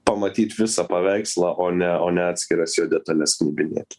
pamatyt visą paveikslą o ne o ne atskiras jo detales knibinėti